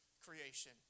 creation